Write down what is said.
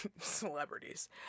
celebrities